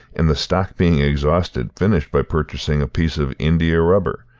and, the stock being exhausted, finished by purchasing a piece of india-rubber,